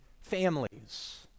families